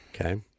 Okay